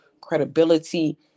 credibility